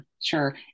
sure